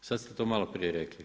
Sad ste to malo prije rekli.